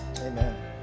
Amen